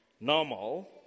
normal